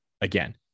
again